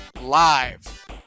live